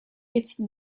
études